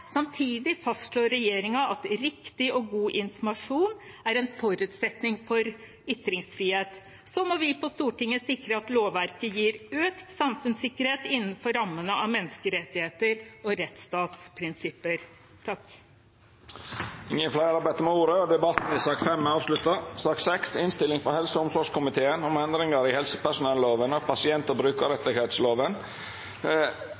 Samtidig fastslår regjeringen at riktig og god informasjon er en forutsetning for ytringsfrihet. Så må vi på Stortinget sikre at lovverket gir økt samfunnssikkerhet innenfor rammene av menneskerettighetene og rettsstatsprinsipper. Fleire har ikkje bedt om ordet til sak nr. 5. Etter ynske frå helse- og omsorgskomiteen vil presidenten ordna debatten slik: 3 minutt til kvar partigruppe og